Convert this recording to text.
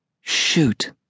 Shoot